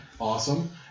awesome